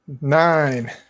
Nine